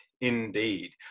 Indeed